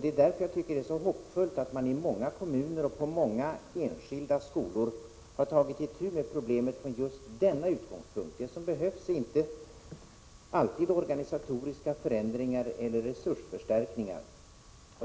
Därför tycker jag att det är hoppfullt att man i många kommuner och på många enskilda skolor har tagit itu med problemet från just denna utgångspunkt. Det som behövs är inte alltid organisatoriska förändringar eller resursförstärkningar.